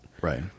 Right